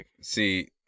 See